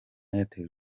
airtel